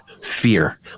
fear